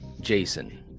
Jason